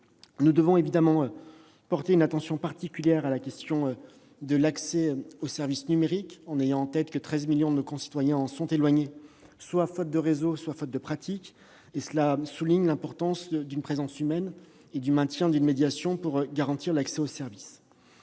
Nous devons prêter une attention particulière à la question de l'accès aux services numériques, en ayant à l'esprit que 13 millions de nos concitoyens en sont éloignés, faute soit de réseau soit de pratique. D'où l'importance d'une présence humaine et du maintien d'une médiation pour garantir l'accès aux services.